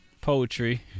poetry